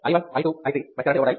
I1 I2 I3 mesh కరెంట్లు ఇవ్వబడ్డాయి